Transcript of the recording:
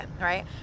right